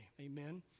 Amen